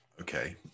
Okay